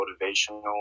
motivational